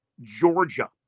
Georgia